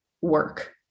work